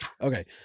Okay